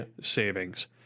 savings